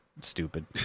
stupid